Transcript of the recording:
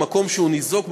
במקום שהוא ניזוק,